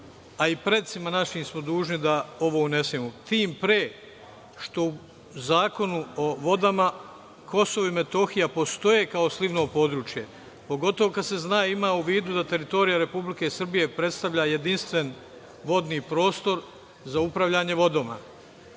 a i precima našim smo dužni da ovo unesemo tim pre što u Zakonu o vodama Kosovo i Metohija postoje kao slivno područje, pogotovo kada se zna i ima u vidu da teritorija Republike Srbije predstavlja jedinstven vodni prostor za upravljanje